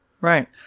Right